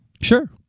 Sure